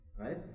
Right